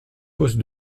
poste